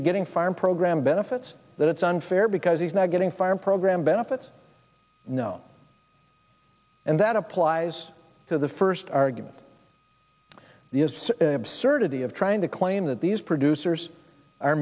be getting farm program benefits that it's unfair because he's not getting fired program benefits no and that applies to the first argument the absurdity of trying to claim that these producers are